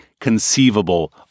conceivable